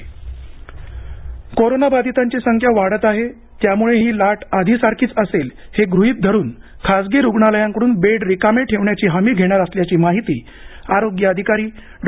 खासगी bed corona बाधितांची संख्या वाढत आहे त्यामुळे ही लाट आधीसारखीच असेल हे गृहित धरून खासगी रुग्णालयांकडून बेड रिकामे ठेवण्याची हमी घेणार असल्याची माहिती आरोग्य अधिकारी डॉ